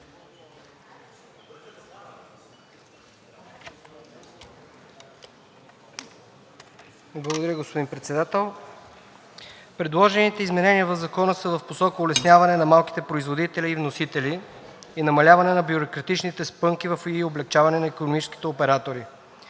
Благодаря, господин Председател. Предложените изменения в Закона са в посока улесняване на малките производители и вносители, и намаляване на бюрократичните спънки и облекчаване на икономическите оператори.